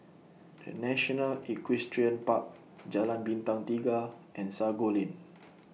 The National Equestrian Park Jalan Bintang Tiga and Sago Lane